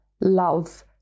love